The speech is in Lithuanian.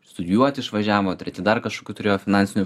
studijuoti išvažiavo treti dar kažkokių turėjo finansinių